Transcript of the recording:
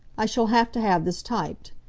i shall have to have this typed.